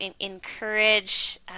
encourage